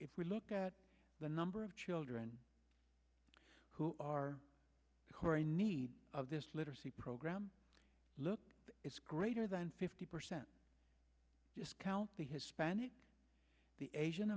if we look at the number of children who are who are in need of this literacy program look it's greater than fifty percent the hispanic the asian